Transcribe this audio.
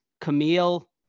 Camille